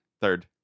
third